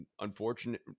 unfortunate